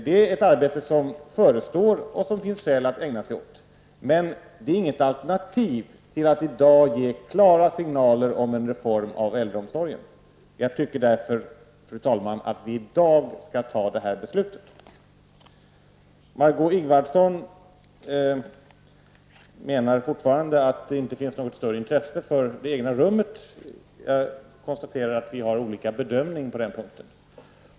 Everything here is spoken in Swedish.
Det är ett arbete som förestår och som det finns skäl att ägna sig åt. Men det är inget alternativ till att i dag ge klara signaler om en reform av äldreomsorgen. Jag tycker därför, fru talman, att vi i dag skall fatta det beslutet. Margó Ingvardsson menar fortfarande att det inte finns något större intresse för det egna rummet. Jag konstaterar att vi har olika bedömning på den punkten.